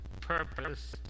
purpose